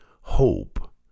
hope